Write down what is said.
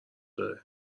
داره